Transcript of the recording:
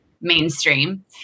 mainstream